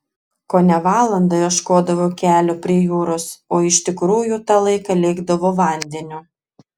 kone valandą ieškodavo kelio prie jūros o iš tikrųjų tą laiką lėkdavo vandeniu